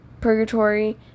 purgatory